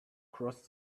crossed